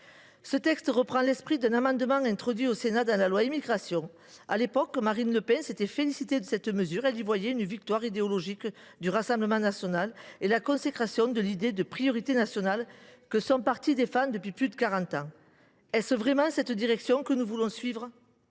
Ce texte reprend l’esprit d’un amendement introduit au Sénat dans la loi Immigration. À l’époque, Marine Le Pen s’était félicitée de cette mesure : elle y voyait une « victoire idéologique du Rassemblement national » et la consécration de l’idée de « priorité nationale » que son parti défend depuis plus de quarante ans. Absolument ! Est ce vraiment cette direction que nous voulons suivre ?